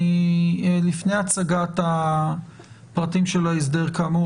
לפני הצגת הפרטים של ההסדר כאמור,